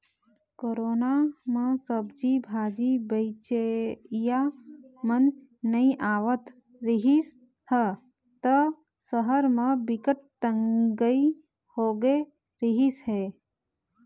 corona म सब्जी भाजी बेचइया मन नइ आवत रिहिस ह त सहर म बिकट तंगई होगे रिहिस हे